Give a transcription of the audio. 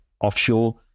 offshore